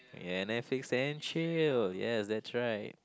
yeah Netflix and chill yes that's right